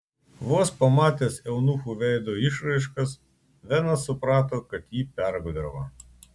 vos pamatęs eunuchų veido išraiškas venas suprato kad jį pergudravo